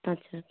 ᱟᱪᱪᱷᱟ